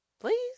Please